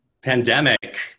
pandemic